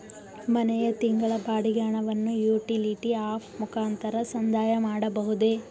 ಮನೆಯ ತಿಂಗಳ ಬಾಡಿಗೆ ಹಣವನ್ನು ಯುಟಿಲಿಟಿ ಆಪ್ ಮುಖಾಂತರ ಸಂದಾಯ ಮಾಡಬಹುದೇ?